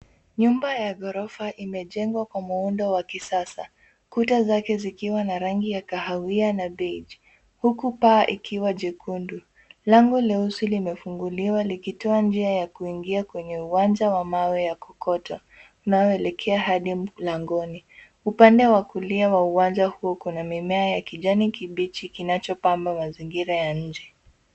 Nyumba ya ghorofa imejengwa kwa muundo wa kisasa, kuta zake zikiwa na rangi ya kahawia na beige , huku paa ikiwa jekundu. Lango leusi limefunguliwa likitoa njia ya kuingia kwenye uwanja wa mawe ya kokoto unaoelekea hadi mlangoni. Upande wa kulia wa uwanja huu kuna mimea ya kijani kibichi kinachopamba mazingira ya nje.